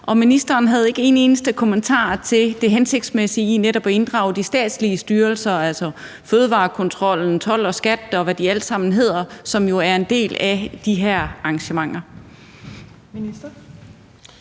ministeren havde ikke en eneste kommentar til det hensigtsmæssige i netop at inddrage de statslige styrelser, altså Fødevarestyrelsen, Toldstyrelsen, og hvad de alle sammen hedder, som jo er en del af de her arrangementer.